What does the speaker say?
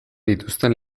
dituzten